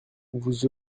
vous